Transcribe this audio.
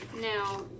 now